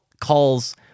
calls